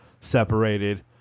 separated